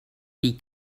die